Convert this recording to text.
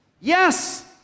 yes